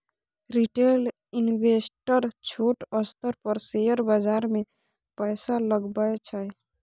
retail investor छोट स्तर पर शेयर बाजार मे पैसा लगबै छै